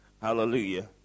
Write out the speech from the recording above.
Hallelujah